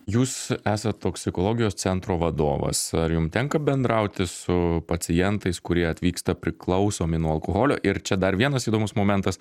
jūs esat toksikologijos centro vadovas ar jum tenka bendrauti su pacientais kurie atvyksta priklausomi nuo alkoholio ir čia dar vienas įdomus momentas